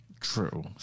True